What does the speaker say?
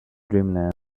dreamland